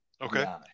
Okay